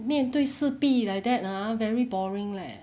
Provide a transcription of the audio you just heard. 面对四壁 like that ah very boring leh